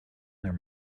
their